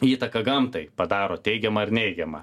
įtaką gamtai padaro teigiamą ar neigiamą